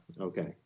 Okay